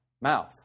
mouth